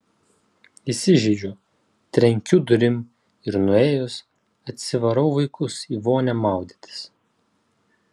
įsižeidžiu trenkiu durim ir nuėjus atsivarau vaikus į vonią maudytis